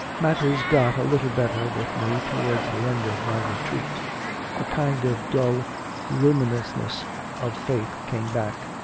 matters got a little better with me towards the end of my retreat a kind of dull luminousness of faith came back,